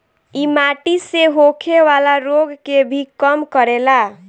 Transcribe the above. इ माटी से होखेवाला रोग के भी कम करेला